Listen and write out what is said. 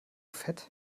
fett